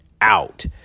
out